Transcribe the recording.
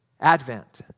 Advent